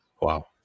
Wow